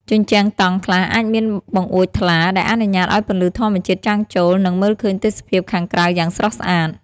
ជញ្ជាំងតង់ខ្លះអាចមានបង្អួចថ្លា ដែលអនុញ្ញាតឲ្យពន្លឺធម្មជាតិចាំងចូល និងមើលឃើញទេសភាពខាងក្រៅយ៉ាងស្រស់ស្អាត។